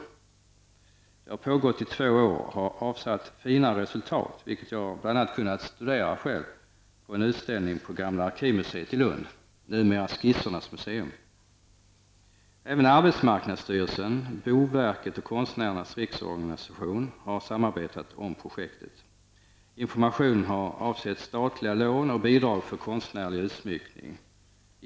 Projektet har pågått i två år och visar på fina resultat. Detta har jag själv kunnat studerat på en utställning på Gamla arkivmuseet i Lund, numera kallat Skissernas museum. Konstnärernas riksorganisation har samarbetat i fråga om det här projektet. Informationen har avsett statliga lån och bidrag för konstnärlig utsmyckning.